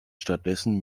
stattdessen